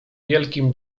wielkim